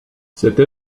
cette